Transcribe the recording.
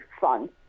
fun